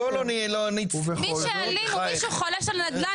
בואו לא נקבע איך --- מי שאלים הוא מי שחולש על נדל"ן